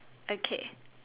okay